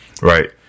Right